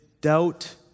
doubt